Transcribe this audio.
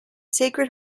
sacred